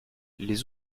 les